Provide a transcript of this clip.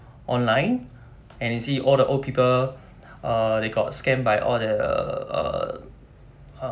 online and you see all the old people uh they got scammed by all the err